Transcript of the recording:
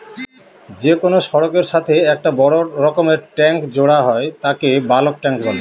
যে কোনো সড়কের সাথে একটা বড় রকমের ট্যাংক জোড়া হয় তাকে বালক ট্যাঁক বলে